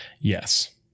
Yes